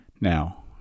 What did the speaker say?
Now